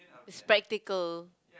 spectacle